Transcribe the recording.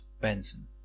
Benson